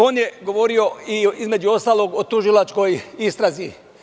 On je govorio, između ostalog, o tužilačkoj istrazi.